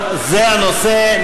זה הנושא,